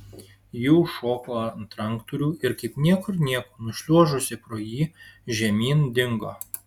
ji užšoko ant ranktūrių ir kaip niekur nieko nušliuožusi pro jį žemyn dingo